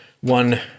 one